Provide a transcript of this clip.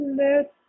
let